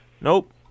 Nope